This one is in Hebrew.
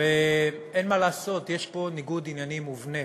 אין מה לעשות, יש פה ניגוד עניינים מובנה.